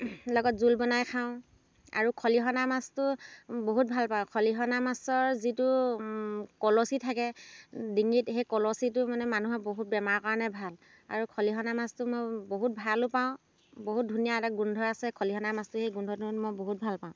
লগত জোল বনাই খাওঁ আৰু খলিহনা মাছটো বহুত ভাল পাওঁ খলিহনা মাছৰ যিটো কলচী থাকে ডিঙিত সেই কলচীটো মানে মানুহৰ বহুত বেমাৰৰ কাৰণে ভাল আৰু খলিহনা মাছটো মই বহুত ভালো পাওঁ বহুত ধুনীয়া এটা গোন্ধ আছে খলিহনা মাছটো সেই গোন্ধটোহঁত মই বহুত ভাল পাওঁ